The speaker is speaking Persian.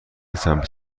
سمت